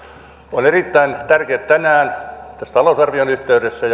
on erittäin tärkeätä tänään tässä talousarvion yhteydessä